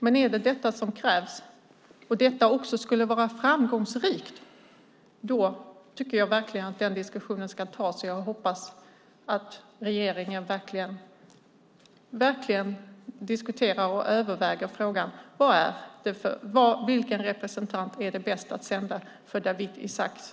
Men om det sagda är vad som krävs och om det skulle vara framgångsrikt tycker jag verkligen att den diskussionen ska tas. Jag hoppas alltså att regeringen verkligen diskuterar och överväger frågan om vilken representant som det för Dawit Isaacs skull är bäst att sända.